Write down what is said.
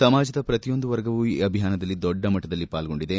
ಸಮಾಜದ ಪ್ರತಿಯೊಂದು ವರ್ಗವೂ ಈ ಅಭಿಯಾನದಲ್ಲಿ ದೊಡ್ಡ ಮಟ್ಟದಲ್ಲಿ ಪಾಲ್ಗೊಂಡಿದೆ